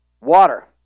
Water